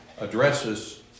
addresses